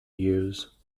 use